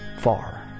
far